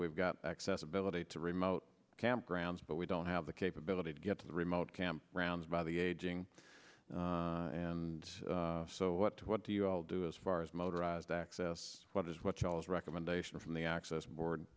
we've got accessibility to remote campgrounds but we don't have the capability to get to the remote campgrounds by the aging and so what do you all do as far as motorized access what is what charles recommendation from the access bo